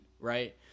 right